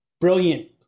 brilliant